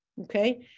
okay